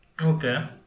Okay